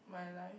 my life